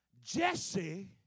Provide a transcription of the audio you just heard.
Jesse